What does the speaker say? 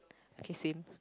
okay same